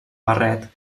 barret